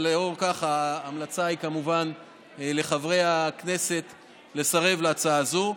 אבל לאור זאת ההמלצה לחברי הכנסת היא כמובן לסרב להצעה הזאת.